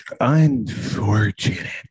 Unfortunate